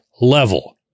level